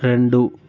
రెండు